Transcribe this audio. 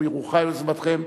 ברוכה יוזמתכם,